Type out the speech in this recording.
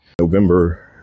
November